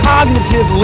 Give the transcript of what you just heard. Cognitive